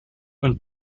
und